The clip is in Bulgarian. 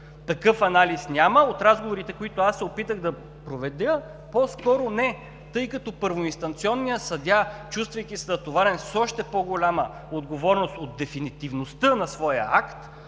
Такъв анализ няма. От разговорите, които аз се опитах да проведа, по-скоро – не, тъй като първоинстанционният съдия, чувствайки се натоварен с още по-голяма отговорност от дефинитивността на своя акт,